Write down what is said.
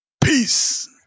Peace